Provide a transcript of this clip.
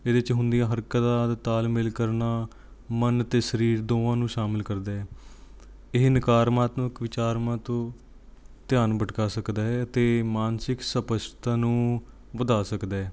ਇਹਦੇ 'ਚ ਹੁੰਦੀਆਂ ਹਰਕਤਾਂ ਦਾ ਤਾਲਮੇਲ ਕਰਨਾ ਮਨ ਅਤੇ ਸਰੀਰ ਦੋਵਾਂ ਨੂੰ ਸ਼ਾਮਿਲ ਕਰਦਾ ਹੈ ਇਹ ਨਕਾਰਮਾਤਕ ਵਿਚਾਰਾਂ ਤੋਂ ਧਿਆਨ ਭਟਕਾ ਸਕਦਾ ਹੈ ਅਤੇ ਮਾਨਸਿਕ ਸਪਸ਼ਟਤਾ ਨੂੰ ਵਧਾ ਸਕਦਾ ਹੈ